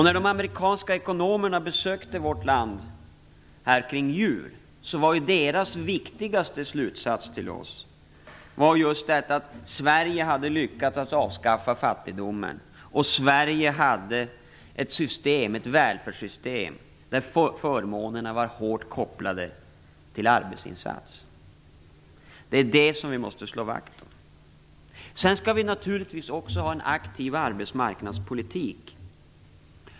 När de amerikanska ekonomerna besökte vårt land kring jul var deras viktigaste slutsats att Sverige har lyckats avskaffa fattigdomen. Sverige har ett välfärdssystem där förmånerna är hårt kopplade till arbetsinsatserna. Det är det vi måste slå vakt om. Vi skall naturligtvis också ha en aktiv arbetsmarknadspolitik.